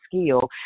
skill